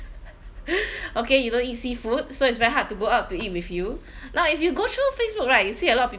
okay you don't eat seafood so it's very hard to go out to eat with you now if you go through Facebook right you see a lot of